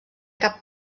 cap